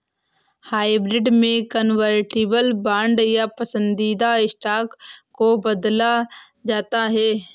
hybrid में convertible bond या पसंदीदा स्टॉक को बदला जाता है